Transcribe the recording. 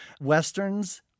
westerns